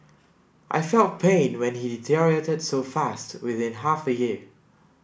I felt pain when he deteriorated so fast within half a year